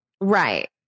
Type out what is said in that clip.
Right